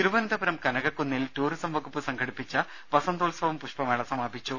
തിരുവനന്തപുരം കനകക്കുന്നിൽ ടൂറിസം വകുപ്പ് സംഘടിപ്പിച്ച വസന്തോത്സവം പുഷ്പമേള സമാപിച്ചു